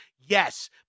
Yes